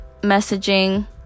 messaging